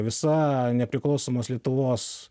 visa nepriklausomos lietuvos